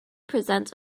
presents